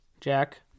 Jack